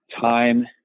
time